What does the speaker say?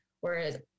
whereas